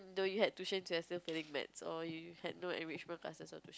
though you had tuition you are still failing maths or you had no enrichment classes or tuition